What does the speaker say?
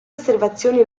osservazioni